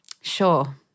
Sure